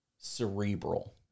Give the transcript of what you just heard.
cerebral